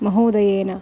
महोदयेन